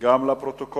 רצוני